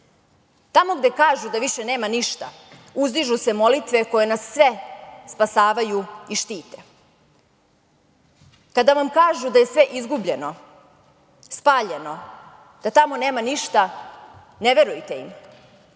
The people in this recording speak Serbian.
Tamo gde kažu da više nema ništa, uzdižu se molitve koje nas sve spasavaju i štite. Kada vam kažu da je sve izgubljeno, spaljeno, da tamo nema ništa, ne verujte im.